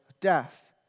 death